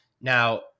Now